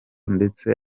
ndetse